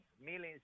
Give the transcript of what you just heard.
millions